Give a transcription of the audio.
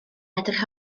edrych